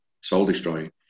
soul-destroying